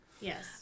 Yes